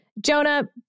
Jonah